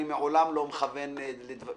אני לעולם לא מכוון לדברים כאלה,